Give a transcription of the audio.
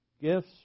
gifts